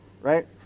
right